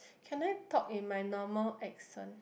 can I talk in my normal accent